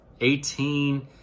18